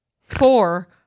four